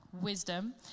wisdom